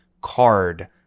card